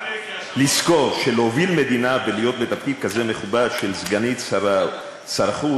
לזכור שלהוביל מדינה ולהיות בתפקיד כזה מכובד של סגנית שר החוץ,